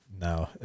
No